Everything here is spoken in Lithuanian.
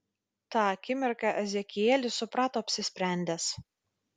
tą akimirką ezekielis suprato apsisprendęs